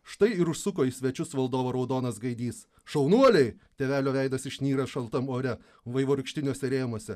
štai ir užsuko į svečius valdovo raudonas gaidys šaunuoliai tėvelio veidas išnyra šaltam ore vaivorykštiniuose rėmuose